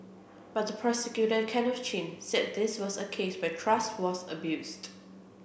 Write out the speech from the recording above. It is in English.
but the prosecutor Kenneth Chin said this was a case where trust was abused